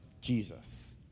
Jesus